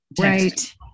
right